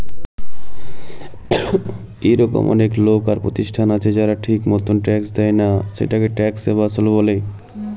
ইরকম অলেক লক আর পরতিষ্ঠাল আছে যারা ঠিক মতল ট্যাক্স দেয় লা, সেটকে ট্যাক্স এভাসল ব্যলে